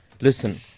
listen